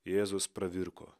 jėzus pravirko